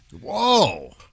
Whoa